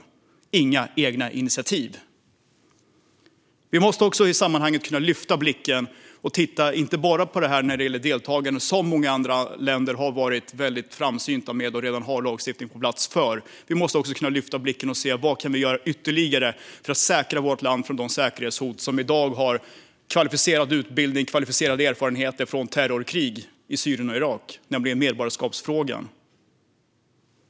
Man tar inga egna initiativ. Vi måste i sammanhanget också kunna lyfta blicken och titta inte bara på deltagande. Där har många andra länder varit framsynta och har redan lagstiftning på plats. Vi måste kunna lyfta blicken för att se vad vi ytterligare kan göra för att säkra vårt land från de säkerhetshot som i dag har kvalificerad utbildning och kvalificerade erfarenheter från terrorkrig i Syrien och Irak. Det handlar om medborgarskapsfrågan.